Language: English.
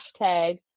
hashtag